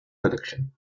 collection